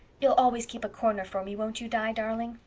you'll always keep a corner for me, won't you, di darling?